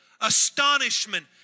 Astonishment